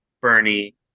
Bernie